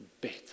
better